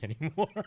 anymore